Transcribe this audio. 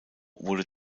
wurde